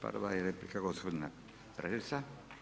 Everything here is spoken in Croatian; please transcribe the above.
Prva je replika gospodina Preleca.